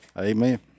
Amen